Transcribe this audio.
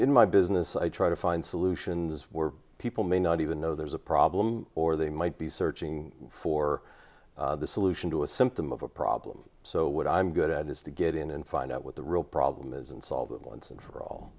in my business i try to find solutions were people may not even know there's a problem or they might be searching for the solution to a symptom of a problem so what i'm good at is to get in and find out what the real problem is unsolvable and for all